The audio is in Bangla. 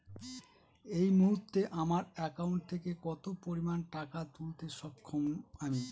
এই মুহূর্তে আমার একাউন্ট থেকে কত পরিমান টাকা তুলতে সক্ষম আমি?